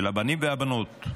של הבנים והבנות,